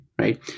right